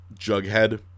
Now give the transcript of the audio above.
Jughead